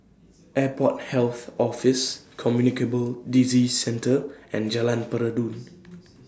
Airport Health Office Communicable Disease Centre and Jalan Peradun